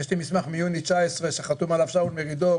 יש לי מסמך מיוני 2019 שחתום עליו שאול מרידור.